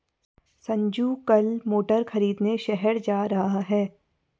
संजू कल मोटर खरीदने शहर जा रहा है